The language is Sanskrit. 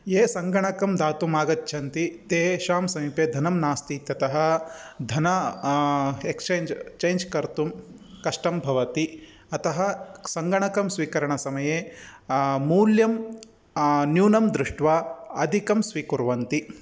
ये सङ्गणकं दातुम् आगच्छन्ति तेषां समीपे धनं नास्ति इत्यतः धन एक्चेञ्ज् चेञ्ज् कर्तुं कष्टं भवति अतः सङ्गणकं स्वीकरणसमये मूल्यं न्यूनं दृष्ट्वा अधिकं स्वीकुर्वन्ति